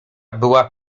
była